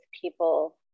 people